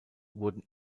wurden